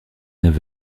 neuf